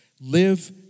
live